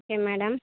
okay madam